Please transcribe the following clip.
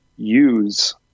Use